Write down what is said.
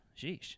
sheesh